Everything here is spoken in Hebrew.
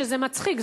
שזה מצחיק,